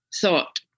thought